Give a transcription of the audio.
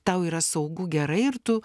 tau yra saugu gerai ir tu